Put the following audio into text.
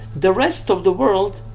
the rest of the world,